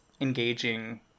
engaging